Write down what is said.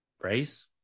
race